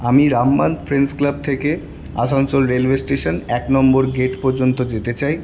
আমি রামমান friends club থেকে আসানসোল রেলওয়ে স্টেশন এক নম্বর গেট পর্যন্ত যেতে চাই